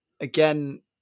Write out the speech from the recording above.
again